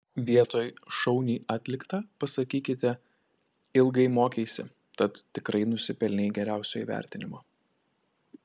vietoj šauniai atlikta pasakykite ilgai mokeisi tad tikrai nusipelnei geriausio įvertinimo